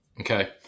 Okay